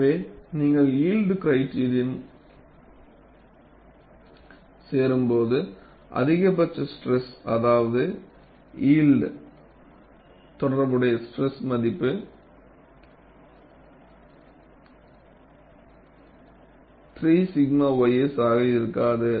எனவே நீங்கள் yield criterion சேரும்போது அதிகபட்ச ஸ்டிரஸ் அதாவது யியல்ட் தொடர்புடைய ஸ்டிரஸ் மதிப்பு 3 𝛔 ys ஆக இருக்காது